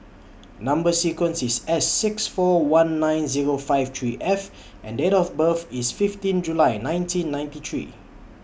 Number sequence IS S six four one nine Zero five three F and Date of birth IS fifteen July nineteen ninety three